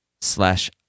slash